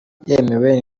yemewe